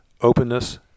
openness